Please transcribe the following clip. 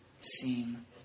seem